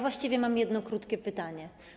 Właściwie mam jedno krótkie pytanie.